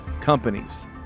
companies